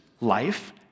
life